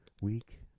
week